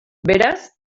beraz